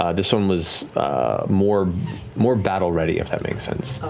ah this one was more more battle-ready, if that makes sense.